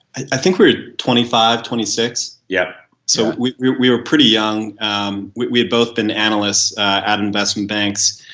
i think we're twenty five, twenty six point yeah so we we were pretty young. um we had both been an analyst at investment banks.